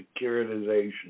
securitization